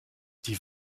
die